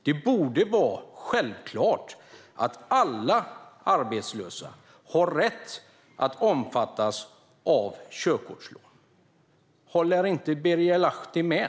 Det borde vara självklart att alla arbetslösa har rätt att omfattas av körkortslån. Håller inte Birger Lahti med?